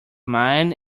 mine